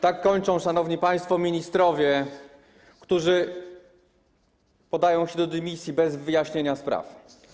Tak kończą, szanowni państwo, ministrowie, którzy podają się do dymisji bez wyjaśnienia spraw.